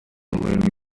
amahirwe